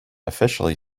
officially